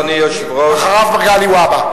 אחריו, מגלי והבה.